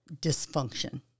dysfunction